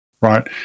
right